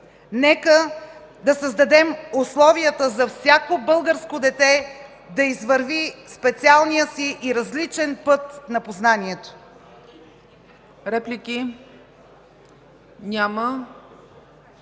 Нека да създадем условията за всяко българско дете да извърви специалния си и различен път на познанието.